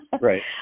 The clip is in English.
Right